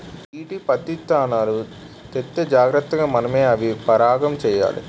BT పత్తిత్తనాలు తెత్తే జాగ్రతగా మనమే అవి పరాగం చెయ్యాలి